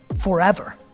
forever